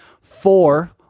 four